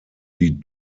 die